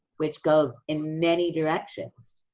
which goes in many directions.